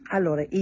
Allora